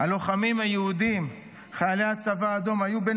הלוחמים היהודים חיילי הצבא האדום היו בין